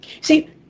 See